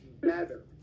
better